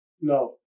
No